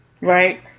Right